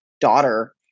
daughter